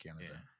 Canada